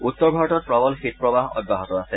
উত্তৰ ভাৰতত প্ৰৱল শীতপ্ৰৱাহ অব্যাহত আছে